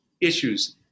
issues